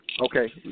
Okay